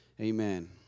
Amen